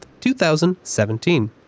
2017